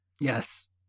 Yes